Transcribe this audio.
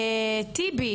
טיבי